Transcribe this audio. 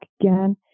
again